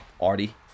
arty